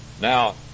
Now